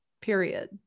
period